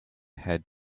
had